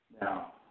Now